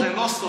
זה לא סותר.